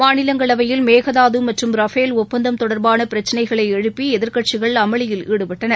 மாநிலங்களவையில் மேகதாது மற்றும் ரபேல் ஒப்பந்தம் தொடர்பான பிரச்சினைகளை எழுப்பி எதிர்க்கட்சிகள் அமளியில் ஈடுபட்டன